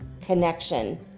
connection